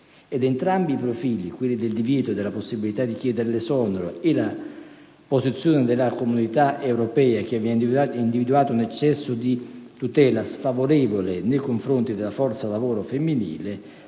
Entrambi i profili, quello del divieto e quello della possibilità di chiedere l'esonero, e la posizione della Comunità europea, che aveva individuato un eccesso di tutela sfavorevole nei confronti della forza lavoro femminile,